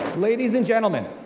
ladies and gentlemen,